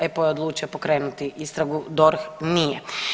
EPPO je odlučio pokrenuti istragu, DORH nije.